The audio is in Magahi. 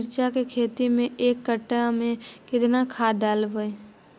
मिरचा के खेती मे एक कटा मे कितना खाद ढालबय हू?